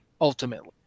ultimately